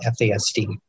FASD